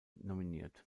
nominiert